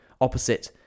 opposite